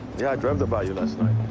yeah i dreamt about you last night.